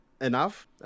enough